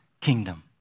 kingdom